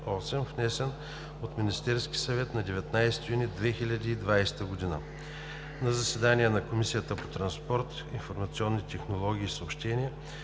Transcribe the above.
внесен от Министерския съвет на 19 юни 2020 г. На заседание на Комисията по транспорт, информационни технологии и съобщенията,